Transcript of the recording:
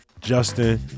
Justin